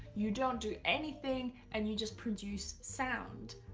you don't do anything, and you just produce sound.